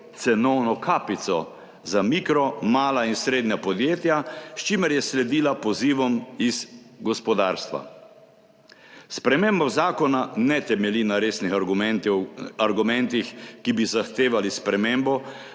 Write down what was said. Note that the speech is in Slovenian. cenovno kapico za mikro, mala in srednja podjetja, s čimer je sledila pozivom iz gospodarstva. Sprememba zakona ne temelji na resnih argumentih, ki bi zahtevali spremembo,